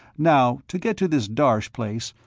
now, to get to this darsh place,